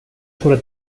sobre